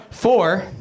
Four